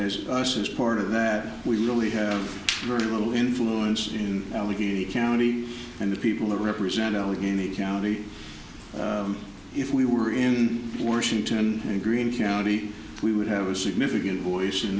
as us is part of that we really have very little influence in allegheny county and the people that represent allegheny county if we were in washington in green county we would have a significant voice in